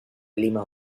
clima